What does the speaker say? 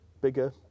bigger